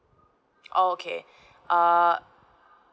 oh okay uh